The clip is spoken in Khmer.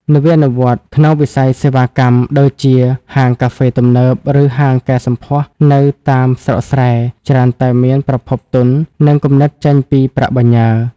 នវានុវត្តន៍ក្នុងវិស័យសេវាកម្ម ដូចជាហាងកាហ្វេទំនើប ឬហាងកែសម្ផស្សនៅតាមស្រុកស្រែ ច្រើនតែមានប្រភពទុន និងគំនិតចេញពីប្រាក់បញ្ញើ។